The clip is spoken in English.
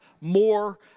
more